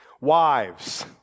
Wives